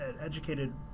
educated